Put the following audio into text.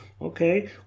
okay